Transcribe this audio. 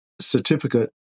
certificate